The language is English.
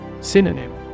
Synonym